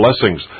blessings